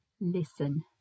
Listen